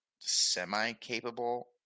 semi-capable